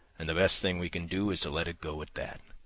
and the best thing we can do is to let it go at that.